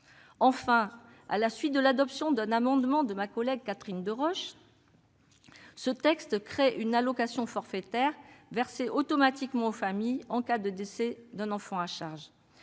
Enfin, à la suite de l'adoption d'un amendement de ma collègue Catherine Deroche, ce texte crée une allocation forfaitaire versée automatiquement aux familles en cas de décès d'un enfant à charge.